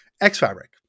X-Fabric